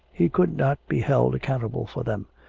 he could not be held accountable for them.